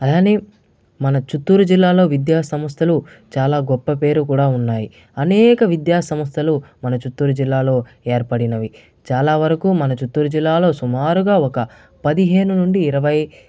అలానే మన చిత్తూరు జిల్లాలో విద్యాసంస్థలు చాలా గొప్ప పేరు కూడా ఉన్నాయి అనేక విద్యాసంస్థలు మన చిత్తూరు జిల్లాలో ఏర్పడినవి చాలా వరకు మన చిత్తూరు జిల్లాలో సుమారుగా ఒక పదిహేను నుండి ఇరవై